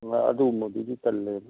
ꯑꯥ ꯑꯗꯨꯒꯨꯝꯕꯗꯨꯗꯤ ꯇꯜꯂꯦꯕ